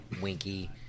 winky